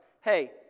Hey